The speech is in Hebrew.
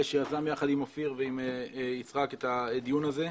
שיזם יחד עם אופיר כץ ועם יצחק פינדרוס את הדיון הזה.